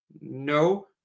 No